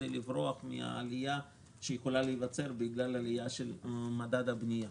כדי לברוח מן העלייה שיכולה להיווצר בגלל עלייה של מדד הבנייה.